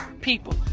people